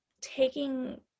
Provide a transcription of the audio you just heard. taking